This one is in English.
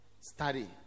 study